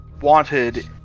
wanted